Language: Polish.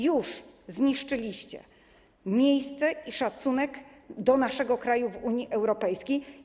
Już zniszczyliście miejsce i szacunek do naszego kraju w Unii Europejskiej.